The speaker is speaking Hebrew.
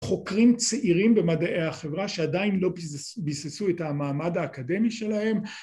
חוקרים צעירים במדעי החברה שעדיין לא ביססו את המעמד האקדמי שלהם